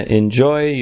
enjoy